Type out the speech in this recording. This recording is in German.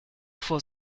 vor